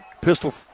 pistol